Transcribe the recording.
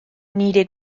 nire